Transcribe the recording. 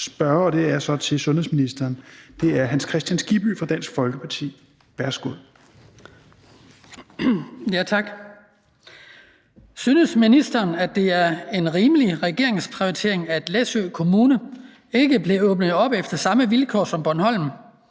(omtrykt) 7) Til sundhedsministeren af: Hans Kristian Skibby (DF): Synes ministeren, at det er en rimelig regeringsprioritering, at Læsø Kommune ikke blev åbnet efter samme vilkår som Bornholm,